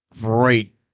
great